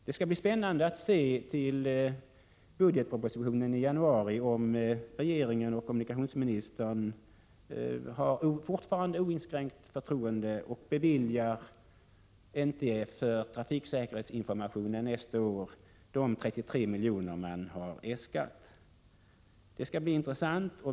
Det skall bli spännande att i den kommande budgetpropositionen se om regeringen och kommunikationsministern fortfarande har oinskränkt förtroende för NTF och beviljar de 33 milj.kr. för trafiksäkerhetsinformation som har äskats.